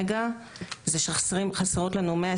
מרגלית פינקלברג, והיא תדבר קצרות על זה אחר כך.